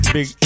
Big